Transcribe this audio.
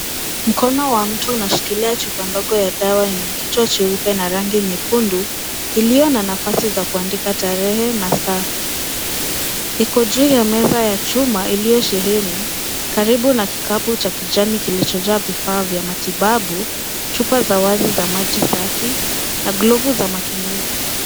Mkono wa mtu unashikilia chumba ndogo ya dawa yenye kichwa cheupe na rangi nyekundu iliyo na nafasi za kuandika tarehe na saa. Iko juu ya meza ya chuma iliyosheheni karibu na kikapu cha kijani kilichojaa vifaa vya matibabu. Chupa za wazi za maji safi na glovu za matumizi.